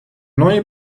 neue